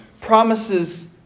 promises